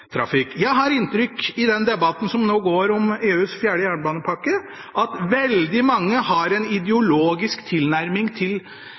Jeg har inntrykk av at veldig mange – i den debatten som nå går om EUs fjerde jernbanepakke – har en ideologisk tilnærming til